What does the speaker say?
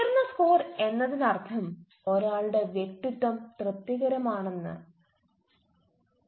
ഉയർന്ന സ്കോർ എന്നതിനർത്ഥം ഒരാളുടെ വ്യക്തിത്വം തൃപ്തികരമാണെന്നാണ്